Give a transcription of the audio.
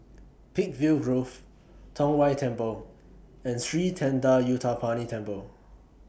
Peakville Grove Tong Whye Temple and Sri Thendayuthapani Temple